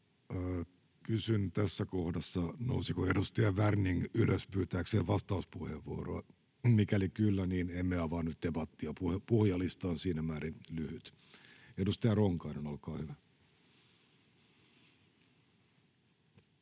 Kysyn tässä kohdassa, nousiko edustaja Werning ylös pyytääkseen vastauspuheenvuoroa. [Paula Werning: Kyllä!] Mikäli kyllä, niin emme avaa nyt debattia. Puhujalista on siinä määrin lyhyt. — Edustaja Ronkainen, olkaa hyvä.